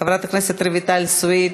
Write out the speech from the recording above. חברת הכנסת רויטל סויד,